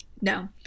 no